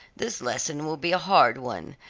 this lesson will be a hard one,